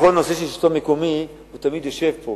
בכל נושא של השלטון המקומי הוא תמיד יושב פה